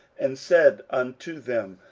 and said unto them,